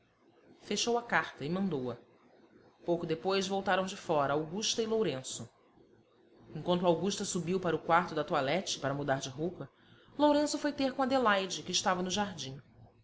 fechou a carta e mandou-a pouco depois voltaram de fora augusta e lourenço enquanto augusta subiu para o quarto da toilette para mudar de roupa lourenço foi ter com adelaide que estava no jardim